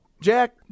Jack